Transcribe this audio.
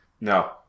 No